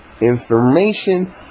information